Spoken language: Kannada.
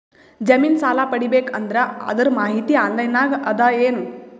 ಜಮಿನ ಸಾಲಾ ಪಡಿಬೇಕು ಅಂದ್ರ ಅದರ ಮಾಹಿತಿ ಆನ್ಲೈನ್ ನಾಗ ಅದ ಏನು?